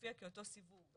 מופיע כאותו סיווג,